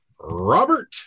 Robert